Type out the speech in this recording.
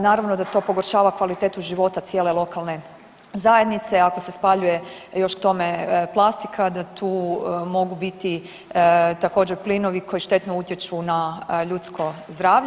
Naravno da to pogoršava kvalitetu života cijele lokalne zajednice ako se spaljuje još k tome plastika da tu mogu biti također plinovi koji štetno utječu na ljudsko zdravlje.